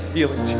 Healing